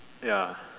ya